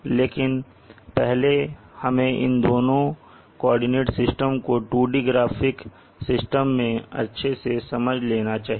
लेकिन पहले हमें इन दोनों कोऑर्डिनेट सिस्टम को 2D ग्राफिक सिस्टम में अच्छे से समझ लेना चाहिए